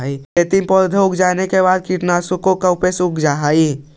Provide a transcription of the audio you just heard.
खेतों में पौधे उग जाने के बाद भी कीटनाशकों का स्प्रे करल जा हई